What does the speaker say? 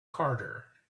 carter